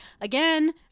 again